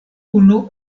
unu